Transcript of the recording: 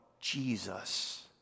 Jesus